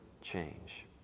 change